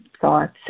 thoughts